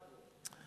רואים שהוא,